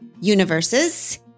universes